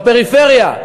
לפריפריה.